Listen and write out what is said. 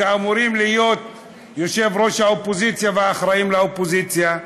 שאמורים להיות יושב-ראש האופוזיציה והאחראים לאופוזיציה,